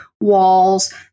walls